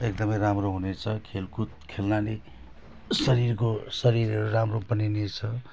एकदमै राम्रो हुनेछ खेलकुद खेल्नाले शरीरको शरीर राम्रो बनिनेछ